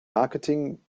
marketing